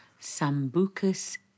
Sambucus